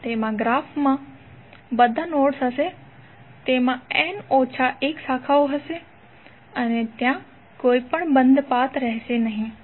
તેમાં ગ્રાફના બધા નોડ્સ હશે તેમાં n ઓછા 1 શાખા હશે અને ત્યાં કોઈ બંધ પાથ રહેશે નહીં